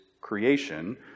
creation